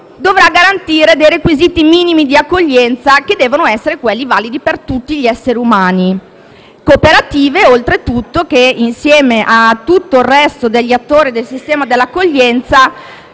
soddisfi i requisiti minimi di accoglienza che sono quelli validi per tutti gli esseri umani. Le cooperative, oltretutto, insieme a tutto il resto degli attori del sistema dell'accoglienza,